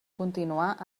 continuar